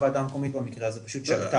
שהוועדה המקומית במקרה הזה פשוט טעתה.